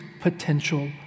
potential